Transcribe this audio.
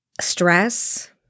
stress